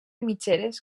mitgeres